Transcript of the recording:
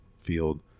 field